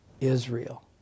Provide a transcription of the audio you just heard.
Israel